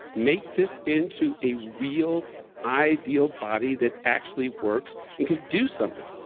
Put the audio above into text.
make this into a real ideal body that actually works and can do something.